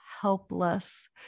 helpless